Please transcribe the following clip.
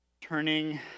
turning